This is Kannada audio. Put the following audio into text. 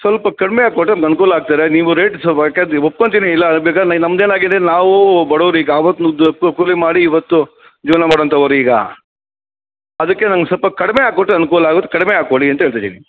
ಸ್ವಲ್ಪ ಕಡ್ಮೆಯಾಗಿ ಕೊಟ್ಟರೆ ಒಂದು ಅನುಕೂಲ ಆಗ್ತದೆ ನೀವು ರೇಟ್ ಸ್ವಲ್ಪ ಯಾಕೆಂದ್ರ್ ನೀವು ಒಪ್ಕೊತೀನಿ ಇಲ್ಲ ಬೇಕಾರೆ ನಮ್ದು ಏನಾಗಿದೆ ನಾವು ಬಡವ್ರು ಈಗ ಆವತ್ತು ಕೂಲಿ ಮಾಡಿ ಇವತ್ತು ಜೀವನ ಮಾಡುವಂಥವರು ಈಗ ಅದಕ್ಕೆ ನಂಗೆ ಸೊಲ್ಪ ಕಡಿಮೆ ಹಾಕ್ ಕೊಟ್ಟರೆ ಅನುಕೂಲ ಆಗುತ್ತೆ ಕಡಿಮೆ ಹಾಕ್ ಕೊಡಿ ಅಂತ ಹೇಳ್ತ ಇದ್ದೀನಿ